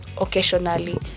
occasionally